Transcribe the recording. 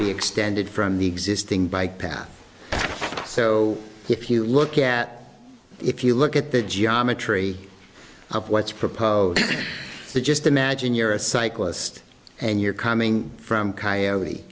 be extended from the existing bike path so if you look at if you look at the geometry of what's proposed just imagine you're a cyclist and you're coming from coyote